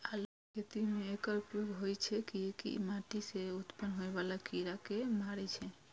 आलूक खेती मे एकर उपयोग होइ छै, कियैकि ई माटि सं उत्पन्न होइ बला कीड़ा कें मारै छै